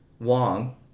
Wong